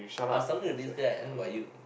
I was talking to this guy about you